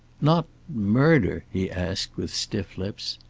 not murder? he asked, with stiff lips.